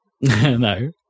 No